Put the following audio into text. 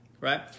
right